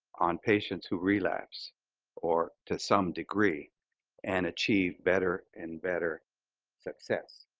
on patients who relapsed or to some degree and achieve better and better success.